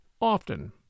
often